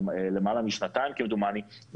למעלה משנתיים כמדומני,